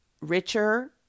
richer